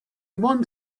one